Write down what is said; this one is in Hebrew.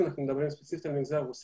אם אנחנו מדברים ספציפית על המגזר הרוסי,